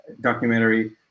documentary